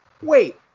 Wait